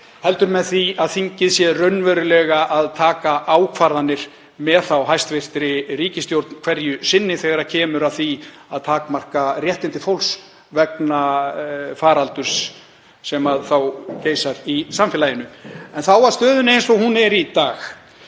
heldur með því að þingið tekur þá raunverulega ákvarðanir með hæstv. ríkisstjórn hverju sinni þegar kemur að því að takmarka réttindi fólks vegna faraldurs sem geisar í samfélaginu. Þá að stöðunni eins og hún er í dag.